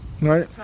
Right